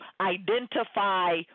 identify